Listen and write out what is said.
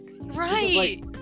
Right